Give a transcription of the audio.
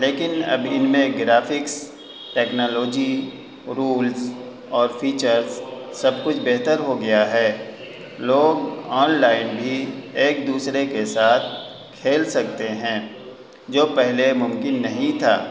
لیکن اب ان میں گرافکس ٹیکنالوجی رولز اور فیچرس سب کچھ بہتر ہو گیا ہے لوگ آن لائن بھی ایک دوسرے کے ساتھ کھیل سکتے ہیں جو پہلے ممکن نہیں تھا